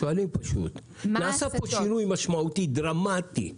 נעשה פה שינוי משמעותי דרמטי.